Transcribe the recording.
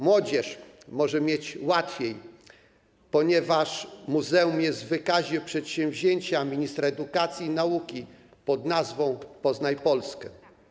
Młodzież może mieć łatwiej, ponieważ muzeum jest w wykazie przedsięwzięcia Ministra Edukacji i Nauki pod nazwą „Poznaj Polskę”